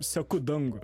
seku dangų